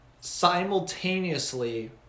simultaneously